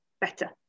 better